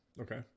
okay